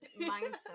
mindset